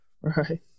Right